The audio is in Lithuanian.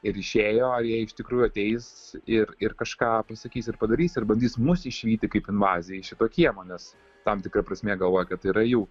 ir išėjo ar jie iš tikrųjų ateis ir ir kažką pasakys ir padarys ir bandys mus išvyti kaip invazija iš šito kiemo nes tam tikra prasme jie galvoja kad tai yra jų